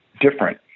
different